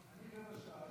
עוברים להצעת חוק הבאה,